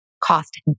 cost